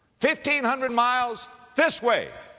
fifteen hundred miles this way,